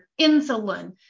insulin